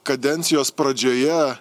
kadencijos pradžioje